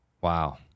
Wow